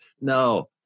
No